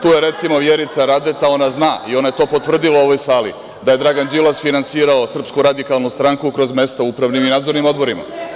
Tu je recimo Vjerica Radeta, ona zna i ona je to potvrdila u ovoj sali, da je Dragan Đilas finansirao SRS kroz mesta u upravnim i nadzornim odborima.